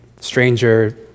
stranger